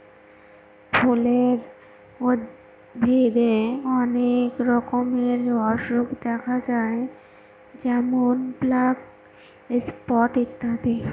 ফুলের উদ্ভিদে অনেক রকমের অসুখ দেখা যায় যেমন ব্ল্যাক স্পট ইত্যাদি